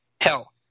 Hell